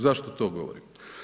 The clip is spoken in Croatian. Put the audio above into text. Zašto to govorim?